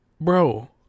bro